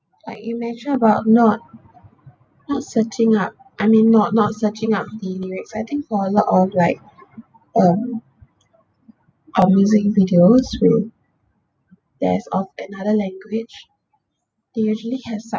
like you mentioned about not not searching up I mean not not searching up the lyrics I think for a lot of like um um music videos who that's of another language they usually has